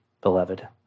beloved